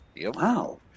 Wow